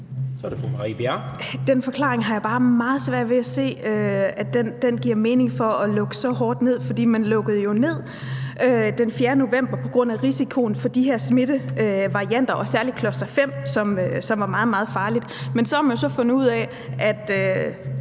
Kl. 16:06 Marie Bjerre (V): Den forklaring har jeg bare meget svært ved at se giver mening i forhold til at lukke så hårdt ned, for man lukkede jo ned den 4. november på grund af risikoen for de her smittevarianter og særlig cluster-5, som er meget, meget farligt. Men så har man jo fundet ud af, og